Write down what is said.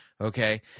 okay